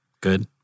Good